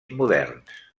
moderns